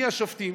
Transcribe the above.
מי השופטים